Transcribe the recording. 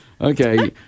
Okay